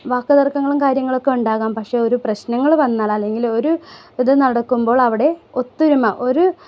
വാക്ക് തർക്കങ്ങളും കാര്യങ്ങളുമൊക്കെ ഉണ്ടാകാം പക്ഷെ ഒരു പ്രശ്നങ്ങൾ വന്നാൽ അല്ലെങ്കിൽ ഒരു ഇത് നടക്കുമ്പോൾ അവിടെ ഒത്തൊരുമ ഒരു